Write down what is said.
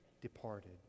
departed